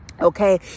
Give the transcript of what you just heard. okay